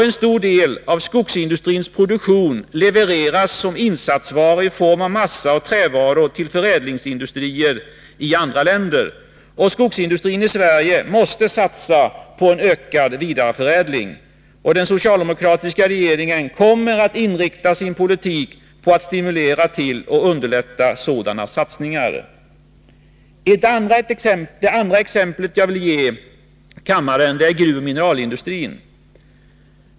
En stor del av skogsindustrins produktion levereras som insatsvaror i form av massa och trävaror till förädlingsindustrier i andra länder. Skogsindustrin i Sverige måste satsa på en ökad vidareförädling. Den socialdemokratiska regeringen kommer att inrikta politiken på att stimulera till och underlätta sådana satsningar. Det andra exemplet gäller gruvoch mineralindustrin.